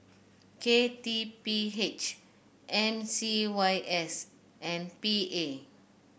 K T P H M C Y S and P A